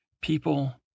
people